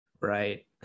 right